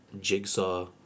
Jigsaw